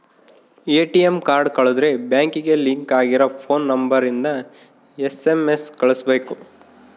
ATM card ಕಳುದ್ರೆ ಬ್ಯಾಂಕಿಗೆ link ಆಗಿರ ಫೋನ್ ನಂಬರ್ ಇಂದ ಎಸ್.ಎಮ್.ಎಸ್ ಕಳ್ಸ್ಬೆಕು